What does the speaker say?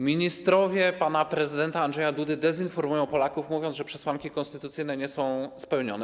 Ministrowie pana prezydenta Andrzeja Dudy dezinformują Polaków, mówiąc, że przesłanki konstytucyjne nie są spełnione.